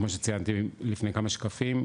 כמו שציינתי לפני כמה שקפים,